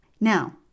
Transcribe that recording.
Now